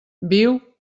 viu